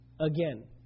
again